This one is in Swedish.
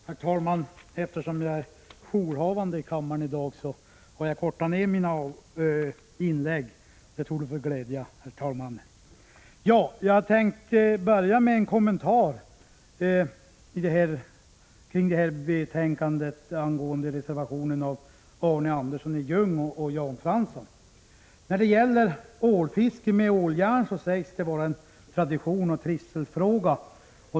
Herr talman! Eftersom jag är jourhavande i kammaren i dag har jag tänkt korta ner mina inlägg. Det torde glädja herr talmannen. Jag tänkte börja med en kommentar till reservationen av Arne Anderssoni Ljung och Jan Fransson. När det gäller ålfiske med åljärn sägs det vara en tradition och en trivselfråga.